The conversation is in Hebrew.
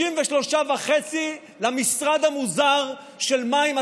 33 וחצי למשרד המוזר של מים,